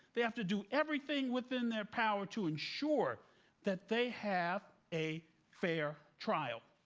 they have to do everything within their power to ensure that they have a fair trial.